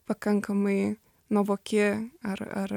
pakankamai nuovoki ar ar